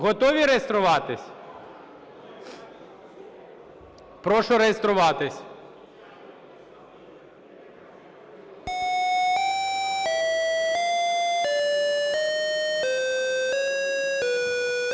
Готові реєструватися? Прошу реєструватися.